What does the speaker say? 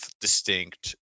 distinct